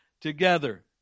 together